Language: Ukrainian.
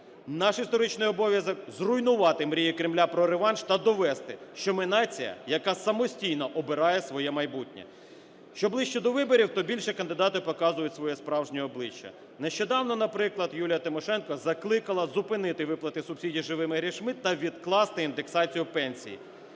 Наш історичний обов'язок – зруйнувати мрії Кремля про реванш та довести, що ми – нація, яка самостійно обирає своє майбутнє. Що ближче до виборів, то більше кандидати показують своє справжнє обличчя. Нещодавно, наприклад, Юлія Тимошенко закликала зупинити виплати субсидій живими грішми та відкласти індексацію пенсій.